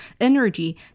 energy